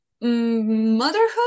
motherhood